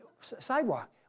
sidewalk